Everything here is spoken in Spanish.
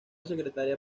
secretaria